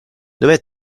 dove